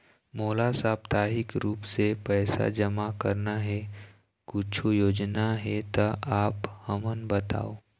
मोला साप्ताहिक रूप से पैसा जमा करना हे, कुछू योजना हे त आप हमन बताव?